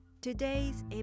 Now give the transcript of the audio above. Today's